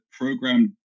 program